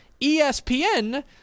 espn